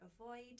avoid